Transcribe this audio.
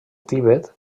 tibet